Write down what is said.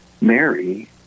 Mary